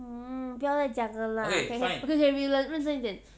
hmm 不要再讲了 lah okay okay we 认真一点